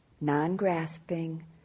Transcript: non-grasping